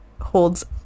holds